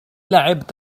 لعبت